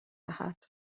دهد